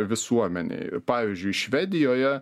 visuomenei pavyzdžiui švedijoje